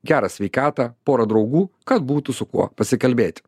gerą sveikatą porą draugų kad būtų su kuo pasikalbėt